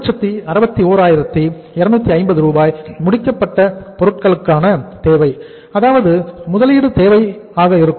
161250 ரூபாய் முடிக்கப்பட்ட பொருட்களுக்கான தேவை அதாவது முதலீடு தேவை ஆக இருக்கும்